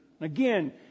Again